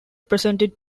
presented